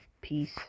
Peace